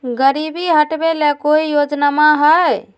गरीबी हटबे ले कोई योजनामा हय?